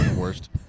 worst